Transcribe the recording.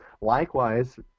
Likewise